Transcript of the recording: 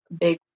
big